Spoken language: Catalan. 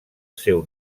seu